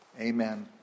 Amen